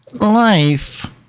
life